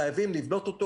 חייבים לבנות אותו,